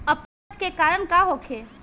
अपच के कारण का होखे?